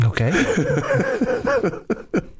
Okay